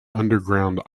underground